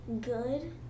good